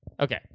Okay